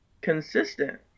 consistent